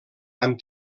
amb